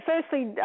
firstly